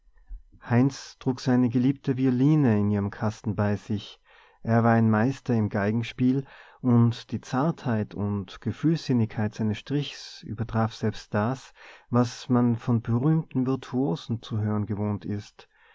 heinz trug seine geliebte violine in ihrem kasten bei sich er war ein meister im geigenspiel und die zartheit und gefühlsinnigkeit seines strichs übertraf selbst das was man von berühmten virtuosen zu hören gewohnt ist